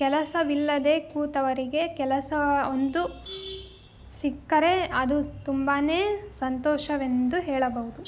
ಕೆಲಸವಿಲ್ಲದೆ ಕೂತವರಿಗೆ ಕೆಲಸ ಒಂದು ಸಿಕ್ಕರೆ ಅದು ತುಂಬಾ ಸಂತೋಷವೆಂದು ಹೇಳಬಹುದು